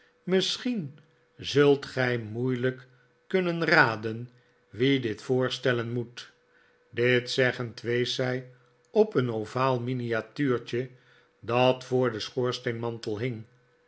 misschien zult gij moeilijk kunnen raden wie dit voorstellen moet dit zeggend wees zij op een ovaal miniatuurtje dat voor den schoorsteenmantel hing